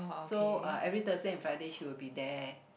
so uh every Thursday and Friday she would be there